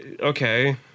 Okay